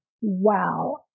Wow